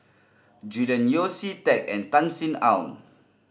Julian Yeo See Teck and Tan Sin Aun